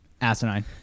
Asinine